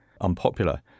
unpopular